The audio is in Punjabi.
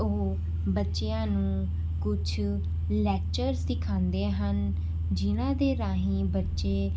ਉਹ ਬੱਚਿਆਂ ਨੂੰ ਕੁਛ ਲੈਕਚਰਸ ਸਿਖਾਉਂਦੇ ਹਨ ਜਿਨ੍ਹਾਂ ਦੇ ਰਾਹੀਂ ਬੱਚੇ